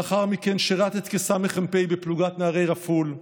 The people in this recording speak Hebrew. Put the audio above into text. לאחר מכן שירת כסמ"פ בפלוגת נערי רפול,